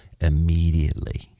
immediately